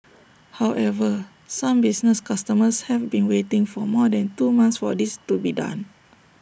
however some business customers have been waiting for more than two months for this to be done